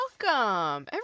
Welcome